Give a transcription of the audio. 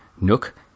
Nook